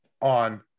on